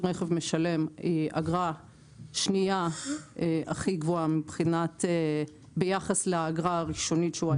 רכב משלם אגרה שנייה הכי גבוהה ביחס לאגרה הראשונית.